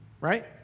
right